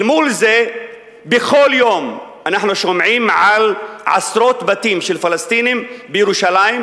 אל מול זה בכל יום אנחנו שומעים על עשרות בתים של פלסטינים בירושלים,